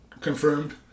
confirmed